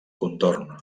contorn